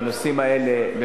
בנושאים האלה.